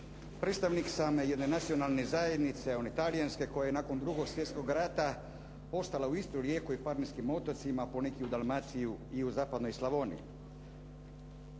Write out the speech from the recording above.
Predstavnik sam jedne nacionalne zajednice, one talijanske, koja je nakon II. svjetskog rata ostala uz Istru, Rijeku i Kvarnerskim otocima, poneki uz Dalmaciju i u zapadnoj Slavoniji.